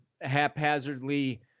haphazardly